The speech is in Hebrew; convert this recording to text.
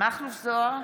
מכלוף מיקי זוהר,